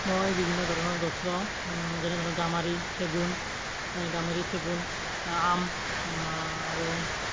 মই বিভিন্ন ধৰণৰ গছ লওঁ যেনে ধৰক গামাৰি চেগুণ গামাৰি চেগুণ আম আৰু